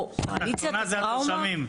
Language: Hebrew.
או קואליציית הטראומה?